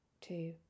two